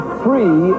free